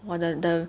!wah! the the